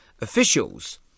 officials